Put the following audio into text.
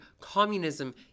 communism